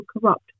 corrupt